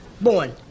Born